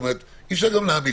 אדם עם